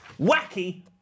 wacky